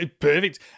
Perfect